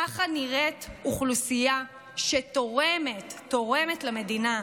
ככה נראית אוכלוסייה שתורמת, תורמת למדינה.